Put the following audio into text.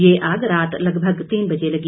ये आग रात लगभग तीन बजे लगी